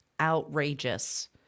Outrageous